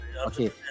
Okay